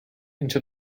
into